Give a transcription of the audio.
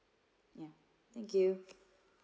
ya thank you